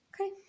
Okay